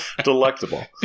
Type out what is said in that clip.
delectable